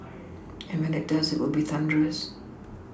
and when it does it will be thunderous